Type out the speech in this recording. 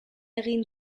egin